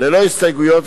ללא הסתייגויות,